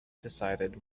decided